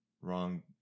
wrong